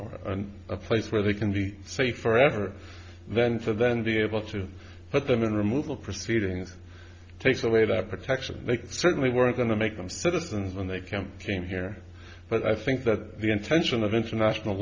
wants a place where they can be safe forever then to then be able to put them in removal proceedings takes away their protection they certainly weren't going to make them citizens when they came came here but i think that the intention of international